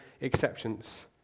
exceptions